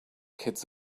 kids